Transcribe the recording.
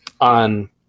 on